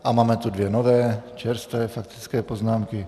A máme tu dvě nové čerstvé faktické poznámky.